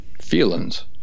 feelings